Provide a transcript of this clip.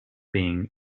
being